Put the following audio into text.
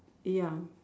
ya